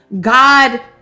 God